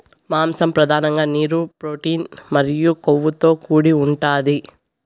మాంసం పధానంగా నీరు, ప్రోటీన్ మరియు కొవ్వుతో కూడి ఉంటాది